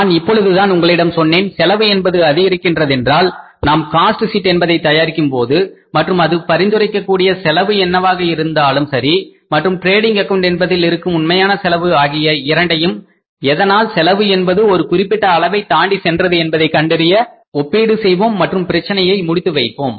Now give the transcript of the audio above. நான் இப்பொழுதுதான் உங்களிடம் சொன்னேன் செலவு என்பது அதிகரிக்கின்றதென்றால் நாம் காஸ்ட் ஷீட் என்பதை தயாரிக்கும்போது மற்றும் அது பரிந்துரைக்க கூடிய செலவு என்னவாக இருந்தாலும் சரி மற்றும் டிரேடிங் அக்கவுண்ட் என்பதில் இருக்கும் உண்மையான செலவு ஆகிய இரண்டையும் எதனால் செலவு என்பது ஒரு குறிப்பிட்ட அளவைத் தாண்டி சென்றது என்பதை கண்டறிய ஒப்பீடு செய்வோம் மற்றும் பிரச்சனையை முடித்து வைப்போம்